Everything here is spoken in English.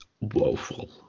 woeful